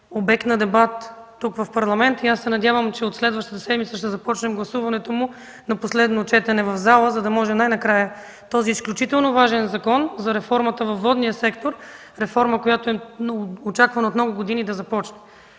обект на дебат тук в парламента и аз се надявам, че от следващата седмица ще започнем гласуването му на последно четене в пленарната зала, за да може най-накрая този изключително важен закон за реформата във водния сектор – реформа, която очакваме много години, да започне.